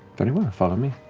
very well, follow me.